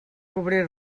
cobrir